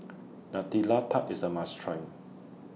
Nutella Tart IS A must Try